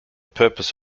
purpose